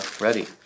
ready